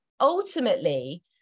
ultimately